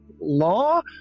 law